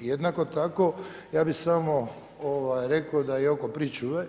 Jednako tako ja bih samo rekao da je oko pričuve